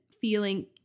feeling